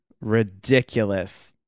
ridiculous